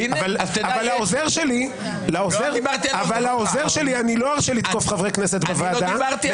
לא דיברתי על זה --- לעוזר שלי אני לא ארשה לתקוף חברי כנסת בוועדה,